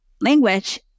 language